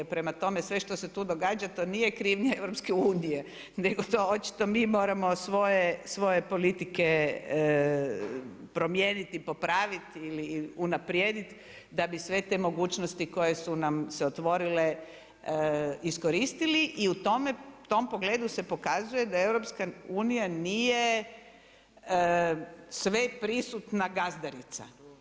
Prema tome, sve što se tu događa to nije krivnja EU nego to očito mi moramo svoje politike promijeniti, popraviti ili unaprijediti da bi sve te mogućnosti koje su nam se otvorile iskoristili i u tom pogledu se pokazuje da EU nije sve prisutna gazdarica.